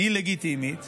היא לגיטימית,